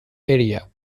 area